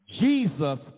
Jesus